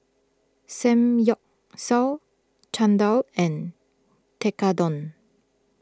Samgyeopsal Chan Dal and Tekkadon